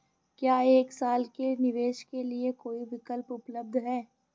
क्या एक साल के निवेश के लिए कोई विकल्प उपलब्ध है?